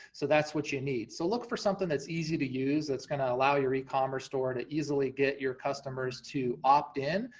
so that's what you need. so look for something that's easy to use, that's gonna allow your ecommerce store to easily get your customers to opt-in,